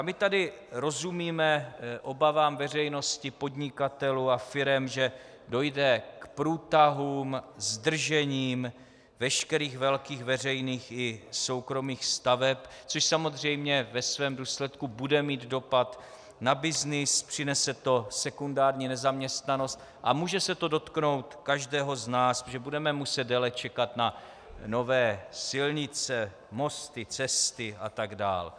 My tady rozumíme obavám veřejnosti, podnikatelů a firem, že dojde k průtahům, zdržením veškerých velkých veřejných i soukromých staveb, což samozřejmě ve svém důsledku bude mít dopad na byznys, přinese to sekundární nezaměstnanost a může se to dotknout každého z nás, protože budeme muset déle čekat na nové silnice, mosty, cesty atd.